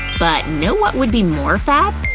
but know what would be more fab?